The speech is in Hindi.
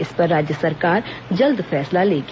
इस पर राज्य सरकार जल्द फैसला लेगी